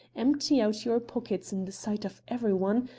empty out your pockets in the sight of every one,